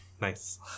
Nice